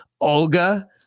Olga